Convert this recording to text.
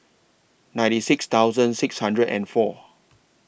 ninety six thousand six hundred and four